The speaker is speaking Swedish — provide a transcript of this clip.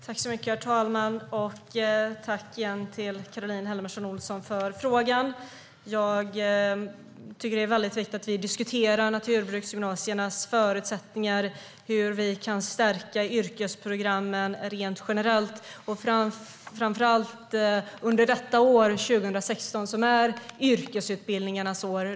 Herr talman! Jag tackar åter Caroline Helmersson Olsson för frågan. Det är viktigt att vi diskuterar naturbruksgymnasiernas förutsättningar och hur vi kan stärka yrkesprogrammen rent generellt. Framför allt gäller det under 2016 som är yrkesutbildningarnas år.